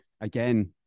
again